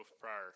prior